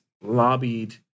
lobbied